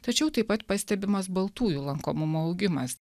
tačiau taip pat pastebimas baltųjų lankomumo augimas